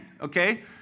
okay